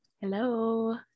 Hello